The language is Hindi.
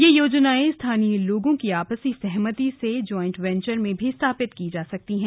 ये योजनायें स्थानीय लोगों की आपसी सहमति से ज्वाइंट वेंचर में भी स्थापित की जा सकती है